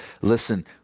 Listen